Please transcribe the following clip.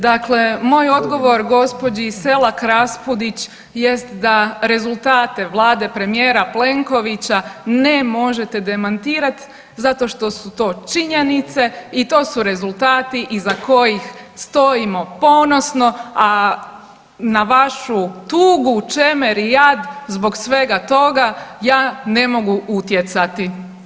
Dakle, moj odgovor gospođi Selak Raspudić jest da rezultate Vlade premijera Plenkovića ne možete demantirati zato što su to činjenice i to su rezultati iza kojih stojimo ponosno, a na vašu tugu, čemer i jad zbog svega toga ja ne mogu utjecati.